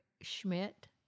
Schmidt